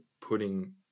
putting